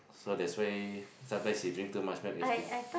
so that's why sometimes you drink too much milk is becau~